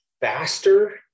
faster